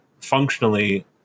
functionally